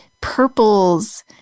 purples